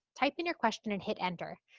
type in your question and hit enter.